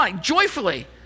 Joyfully